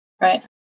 Right